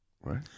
right